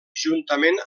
juntament